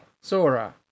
Sora